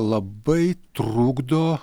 labai trukdo